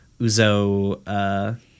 uzo